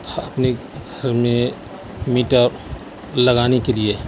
اپنے گھر میں میٹر لگانے کے لیے